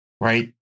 Right